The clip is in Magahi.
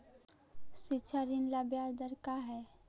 शिक्षा ऋण ला ब्याज दर का हई?